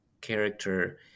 character